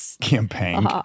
campaign